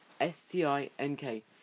S-T-I-N-K